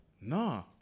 Nah